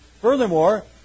Furthermore